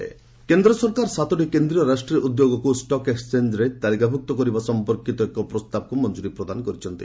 CCEA କେନ୍ଦ ସରକାର ସାତଟି କେନ୍ଦୀୟ ରାଷ୍ଟ୍ରୀୟ ଉଦ୍ୟୋଗକୁ ଷ୍ଟକ୍ ଏକୁଚେଞ୍ଜରେ ତାଲିକାଭ୍ରକ୍ତ କରିବା ସମ୍ପର୍କୀତ ଏକ ପ୍ରସ୍ତାବକୁ ମଞ୍ଜରୀ ପ୍ରଦାନ କରିଛନ୍ତି